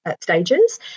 stages